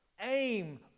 Aim